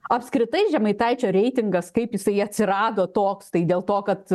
apskritai žemaitaičio reitingas kaip jisai atsirado toks tai dėl to kad